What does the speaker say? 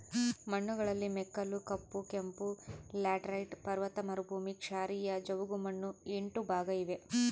ಮಣ್ಣುಗಳಲ್ಲಿ ಮೆಕ್ಕಲು, ಕಪ್ಪು, ಕೆಂಪು, ಲ್ಯಾಟರೈಟ್, ಪರ್ವತ ಮರುಭೂಮಿ, ಕ್ಷಾರೀಯ, ಜವುಗುಮಣ್ಣು ಎಂಟು ಭಾಗ ಇವೆ